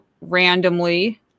randomly